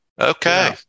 Okay